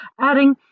adding